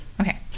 Okay